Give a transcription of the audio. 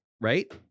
Right